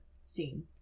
scene